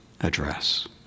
address